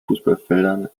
fußballfeldern